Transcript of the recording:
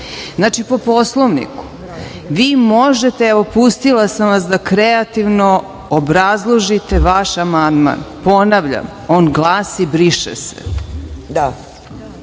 momenat. Po Poslovniku vi možete, evo, pustila sam vas da kreativno obrazložite vaš amandman, ponavljam on glasi – briše se. Da